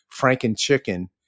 franken-chicken